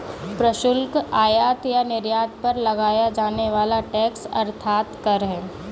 प्रशुल्क, आयात या निर्यात पर लगाया जाने वाला टैक्स अर्थात कर है